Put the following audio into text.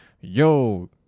yo